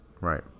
Right